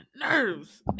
nerves